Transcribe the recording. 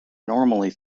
normally